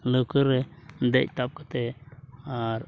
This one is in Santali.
ᱞᱟᱹᱣᱠᱟᱹ ᱨᱮ ᱫᱮᱡ ᱛᱟᱵ ᱠᱟᱛᱮᱫ ᱟᱨ